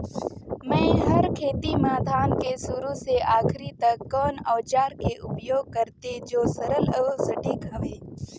मै हर खेती म धान के शुरू से आखिरी तक कोन औजार के उपयोग करते जो सरल अउ सटीक हवे?